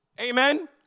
amen